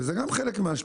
וזה גם חלק מההשפעה.